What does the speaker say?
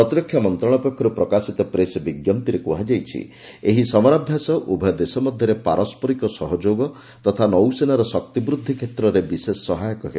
ପ୍ରତିରକ୍ଷା ମନ୍ତ୍ରଣାଳୟ ପକ୍ଷର୍ ପ୍ରକାଶିତ ପ୍ରେସ୍ ବିଜ୍ଞପ୍ତିରେ କୁହାଯାଇଛି ଏହି ସମରାଭ୍ୟାସ ଉଭୟ ଦେଶ ମଧ୍ୟରେ ପାରସ୍କରିକ ସହଯୋଗ ତଥା ନୌସେନାର ଶକ୍ତିବୃଦ୍ଧି କ୍ଷେତ୍ରରେ ବିଶେଷ ସହାୟକ ହେବ